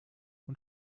und